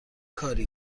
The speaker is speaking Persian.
کاری